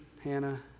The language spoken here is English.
Hannah